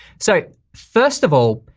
so first of all,